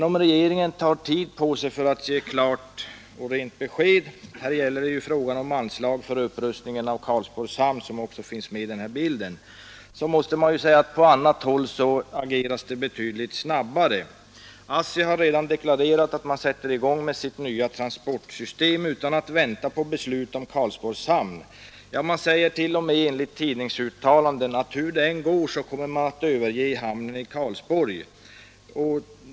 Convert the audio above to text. Om regeringen dock tar tid på sig för att ge rent besked — här gäller det ju anslag för upprustning av Karlsborgs hamn — måste man säga att det på annat håll ageras betydligt snabbare. ASSI har redan deklarerat att man sätter i gång med sitt nya transportsystem utan att vänta på beslut om Karlsborgs hamn. Ja, man säger t.o.m. enligt tidningsuttalande att man hur det än går kommer att överge hamnen i Karlsborg.